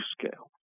scale